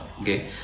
Okay